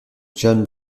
john